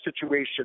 situation